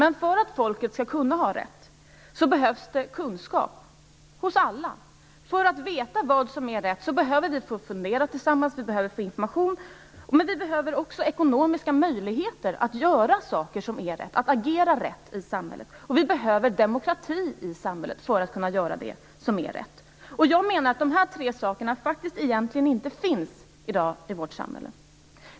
Men för att folket skall kunna ha rätt behövs det kunskap hos alla. För att veta vad som är rätt behöver vi få fundera tillsammans, vi behöver få information, men vi behöver också ekonomiska möjligheter att göra de saker som är rätt, att agera rätt i samhället. Vi behöver demokrati i samhället för att kunna göra det som är rätt. Jag menar att dessa tre saker i dag faktiskt egentligen inte finns i vårt samhälle.